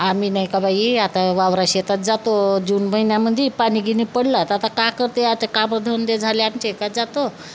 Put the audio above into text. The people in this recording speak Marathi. आम्ही नाही का बाई आता वावरा शेतात जातो जून महिन्यामध्ये पाणी गिनि पडलं तर आता काय करते आता काबडधवन दे झाले आणि का जातो